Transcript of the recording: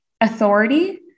authority